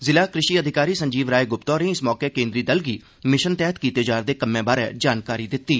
ज़िला कृषि अधिकारी संजीव राय गुप्ता होरें इस मौके केन्द्री दल गी मिशन तैह्त कीते जा'रदे कम्में बारे जानकारी दित्ती